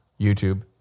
YouTube